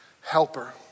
Helper